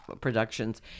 Productions